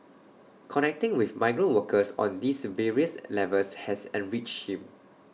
connecting with migrant workers on these various levels has enriched him